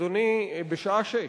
אדוני, בשעה 18:00,